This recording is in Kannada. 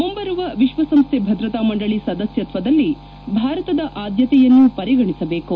ಮುಂಬರುವ ವಿಶ್ವಸಂಸ್ಥೆ ಭದ್ರತಾ ಮಂಡಳಿ ಸದಸ್ಕತ್ವದಲ್ಲಿ ಭಾರತದ ಆದ್ಯತೆಯನ್ನು ಪರಿಗಣಿಸಬೇಕು